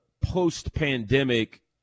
post-pandemic